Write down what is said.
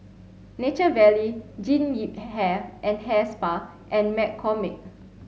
Nature Valley Jean Yip Hair and Hair Spa and McCormick